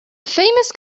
famous